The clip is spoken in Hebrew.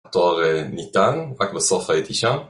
התואר ניתן, רק בסוף הייתי שם